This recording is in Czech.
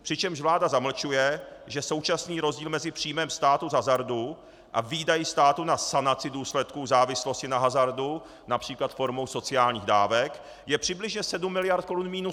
Přičemž vláda zamlčuje, že současný rozdíl mezi příjmem státu z hazardu a výdaji státu na sanaci důsledků závislosti na hazardu, například formou sociálních dávek, je přibližně 7 miliard Kč v minusu.